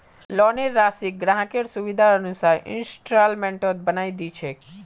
लोनेर राशिक ग्राहकेर सुविधार अनुसार इंस्टॉल्मेंटत बनई दी छेक